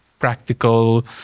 practical